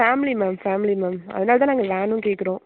family ma'am family ma'am அதனால தான் நாங்கள் வேனும் கேக்கிறோம்